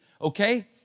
Okay